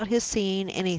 without his seeing anything,